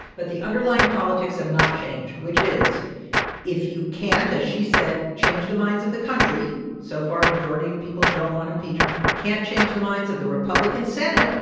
but the underlying politics have not changed, which is if you can't, as she said, change the minds of the country so far, a majority of people don't want impeachment can't change the minds of the republican senate,